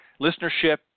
listenership